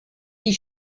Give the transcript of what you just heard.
die